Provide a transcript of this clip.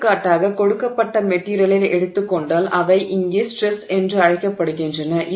எடுத்துக்காட்டாக கொடுக்கப்பட்ட மெட்டிரியலை எடுத்துக் கொண்டால் அவை இங்கே ஸ்ட்ரெஸ் என்று அழைக்கப்படுகின்றன